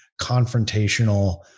confrontational